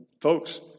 folks